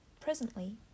Presently